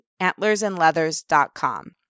antlersandleathers.com